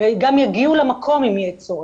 והם גם יגיעו למקום אם יהיה צורך,